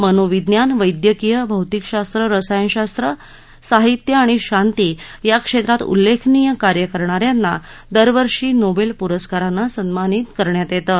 मनोविज्ञान वध्क्रीय भौतिक शास्त्र रसायनशास्त्र साहित्य आणि शांती या क्षेत्रात उल्लेखनीय कार्य करणा यांना दरवर्षी नोबेल पुरस्कारानं सन्मानित करण्यात येतं